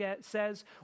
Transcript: says